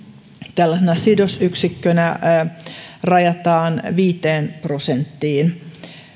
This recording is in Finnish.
tällaisena sidosyksikkönä rajataan viiteen prosenttiin